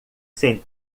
sem